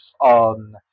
on